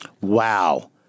Wow